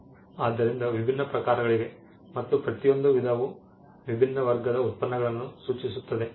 ಆದ್ದರಿಂದ ವಿಭಿನ್ನ ಪ್ರಕಾರಗಳಿವೆ ಮತ್ತು ಪ್ರತಿಯೊಂದು ವಿಧವು ವಿಭಿನ್ನ ವರ್ಗದ ಉತ್ಪನ್ನಗಳನ್ನು ಸೂಚಿಸುತ್ತದೆ